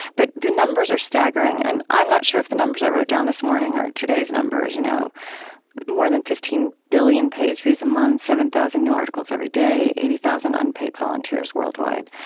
but the numbers are staggering. and i'm not sure if the numbers i wrote down this morning are today's numbers you know more than fifteen billion page views a month, seven thousand new articles every day, eighty thousand unpaid volunteers worldwide.